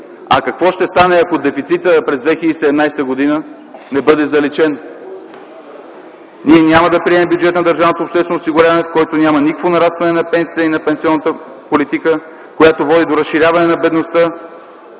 А какво ще стане, ако дефицитът през 2017 г. не бъде заличен? Ние няма да приемем бюджет на държавното обществено осигуряване, в който няма никакво нарастване на пенсиите и на пенсионната политика, който води до разширяване на бедността